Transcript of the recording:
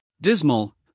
dismal